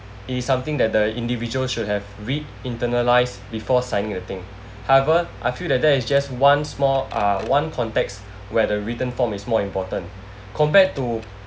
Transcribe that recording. it is something that the individuals should have read internalise before signing a thing however I feel that there is just one small uh one context where the written form is more important compared to